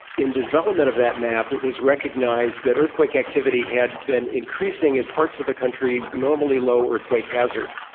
in the development of that map it was recognised that earthquake activity had been increasing in parts of the country normally low earthquake hazard.